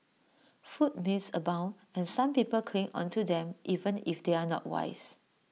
food myths abound and some people cling onto them even if they are not wise